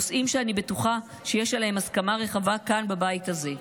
נושאים שאני בטוחה שיש עליהם הסכמה רחבה כאן בבית הזה.